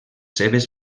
seves